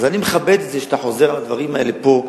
אז אני מכבד את זה שאתה חוזר על הדברים האלה פה,